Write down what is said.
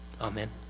Amen